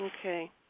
Okay